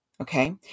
Okay